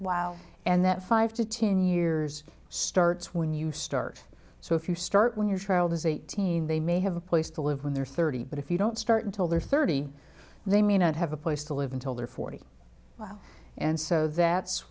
wow and that five to ten years starts when you start so if you start when your child is eighteen they may have a place to live when they're thirty but if you don't start until they're thirty they may not have a place to live until they're forty five and so that's